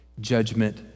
judgment